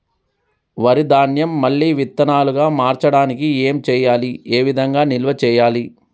వరి ధాన్యము మళ్ళీ విత్తనాలు గా మార్చడానికి ఏం చేయాలి ఏ విధంగా నిల్వ చేయాలి?